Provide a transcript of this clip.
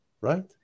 right